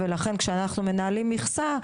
ולכן כשאנחנו מנהלים מכסה,